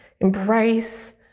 Embrace